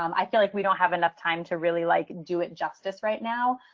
um i feel like we don't have enough time to really, like, do it justice right now.